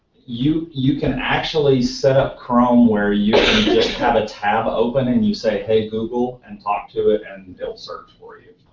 you you can actually set up chrome where you can have a tab open and you say hey google and talk to it, and it'll search for you.